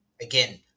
Again